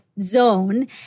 zone